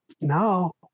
now